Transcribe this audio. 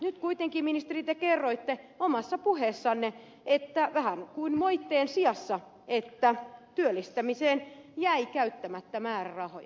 nyt kuitenkin ministeri te kerroitte omassa puheessanne vähän kuin moitteen sijassa että työllistämiseen jäi käyttämättä määrärahoja